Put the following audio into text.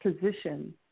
position